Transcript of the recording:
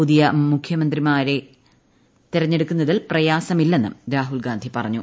പുതിയ മുഖ്യമന്ത്രിമാരെ തിരഞ്ഞെടുക്കുന്നതിൽ പ്രയാസം ഇല്ലെന്നും ർഭുഹുൽഗാന്ധി പറഞ്ഞു